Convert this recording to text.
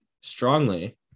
strongly